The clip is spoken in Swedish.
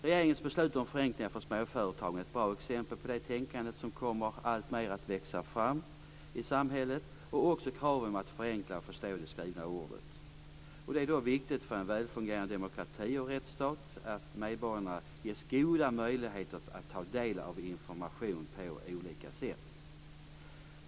Regeringens beslut om förenklingar för småföretagen är ett bra exempel på det tänkande som alltmer kommer att växa fram i samhället och också kraven på att förenkla och förstå det skrivna ordet. För en väl fungerande demokrati och rättsstat är det viktigt att medborgarna ges goda möjligheter att ta del av information på olika sätt.